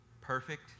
perfect